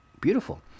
Beautiful